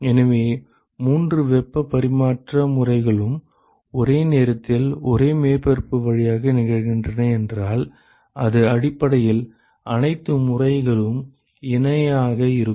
எனவே மூன்று வெப்ப பரிமாற்ற முறைகளும் ஒரே நேரத்தில் ஒரு மேற்பரப்பு வழியாக நிகழ்கின்றன என்றால் அது அடிப்படையில் அனைத்து முறைகளும் இணையாக இருக்கும்